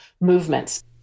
movements